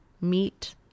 meat